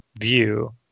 view